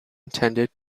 intended